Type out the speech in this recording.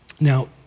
Now